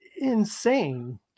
insane